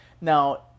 now